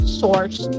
source